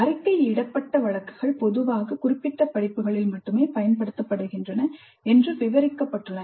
அறிக்கையிடப்பட்ட வழக்குகள் பொதுவாக குறிப்பிட்ட படிப்புகளில் மட்டுமே பயன்படுத்தப்படுகின்றன என்று விவரிக்கப்பட்டுள்ளன